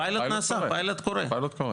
הפיילוט קורה.